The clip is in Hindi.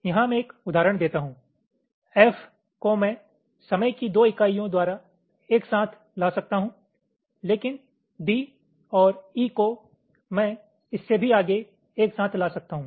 यहां मैं एक उदाहरण देता हूं F को मैं समय की 2 इकाइयों द्वारा एक साथ ला सकता हूं लेकिन D और E को मैं इससे भी आगे एक साथ ला सकता हूं